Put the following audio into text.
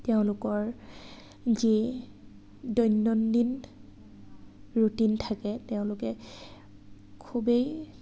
তেওঁলোকৰ যি দৈনন্দিন ৰুটিন থাকে তেওঁলোকে খুবেই